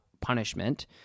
punishment